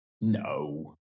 No